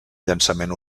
llançament